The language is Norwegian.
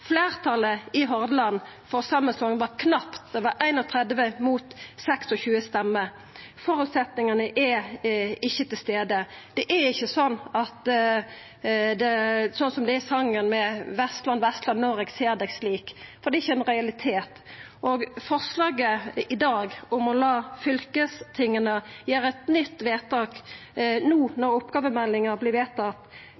Fleirtalet i Hordaland for samanslåing var knapt. Det var 31 mot 26 stemmer. Føresetnadane er ikkje til stades. Det er ikkje som i songen – Å Vestland, Vestland, når eg ser deg slik – for det er ikkje ein realitet. Forslaget i dag om å la fylkestinga gjera eit nytt vedtak når oppgåvemeldinga no